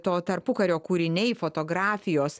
to tarpukario kūriniai fotografijos